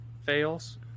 fails